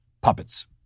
puppets